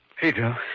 Pedro